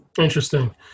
Interesting